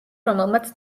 რომელმაც